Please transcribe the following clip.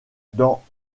dans